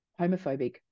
Homophobic